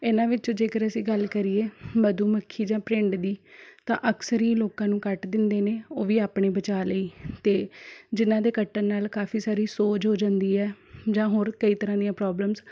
ਇਹਨਾਂ ਵਿੱਚੋਂ ਜੇਕਰ ਅਸੀਂ ਗੱਲ ਕਰੀਏ ਮਧੂਮੱਖੀ ਜਾਂ ਭਰਿੰਡ ਦੀ ਤਾਂ ਅਕਸਰ ਹੀ ਲੋਕਾਂ ਨੂੰ ਕੱਟ ਦਿੰਦੇ ਨੇ ਉਹ ਵੀ ਆਪਣੇ ਬਚਾ ਲਈ ਅਤੇ ਜਿਹਨਾਂ ਦੇ ਕੱਟਣ ਨਾਲ਼ ਕਾਫ਼ੀ ਸਾਰੀ ਸੋਜ਼ ਹੋ ਜਾਂਦੀ ਹੈ ਜਾਂ ਹੋਰ ਕਈ ਤਰ੍ਹਾਂ ਦੀਆਂ ਪ੍ਰੋਬਲਮਸ